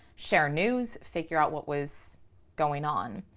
share news, figure out what was going on.